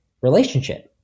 relationship